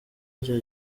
rya